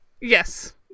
Yes